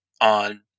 on